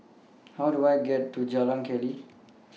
How Do I get to Jalan Keli